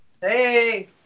Hey